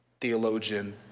theologian